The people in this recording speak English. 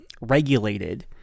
regulated